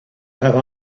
have